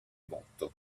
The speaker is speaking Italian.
botto